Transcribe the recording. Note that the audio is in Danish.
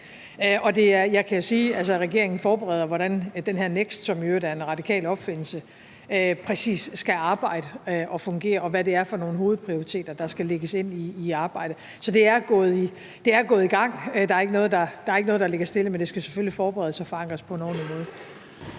regeringen forbereder, hvordan NEKST, som i øvrigt er en radikal opfindelse, præcis skal arbejde og fungere, og hvad det er for nogle hovedprioriteter, der skal lægges ind i arbejdet. Så det er gået i gang – der er ikke noget, der ligger stille – men det skal selvfølgelig forberedes og forankres på en ordentlig måde.